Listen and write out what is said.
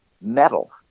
metal